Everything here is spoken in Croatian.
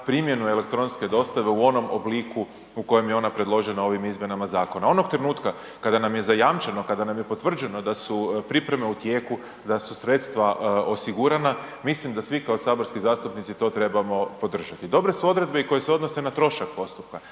primjenu elektronske dostave u onom obliku u kojem je ona predložena ovim izmjenama zakona. Onog trenutka kada nam je zajamčeno, kada nam je potvrđeno da pripreme u tijeku, da su sredstva osigurana, mislim da svi kao saborski zastupnici to trebamo podržati. Dobre su odredbe i koje se odnose na trošak postupka.